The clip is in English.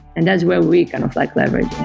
and that's where we kind of like leveraging.